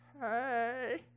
Hey